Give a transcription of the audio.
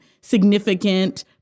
significant